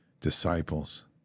disciples